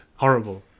Horrible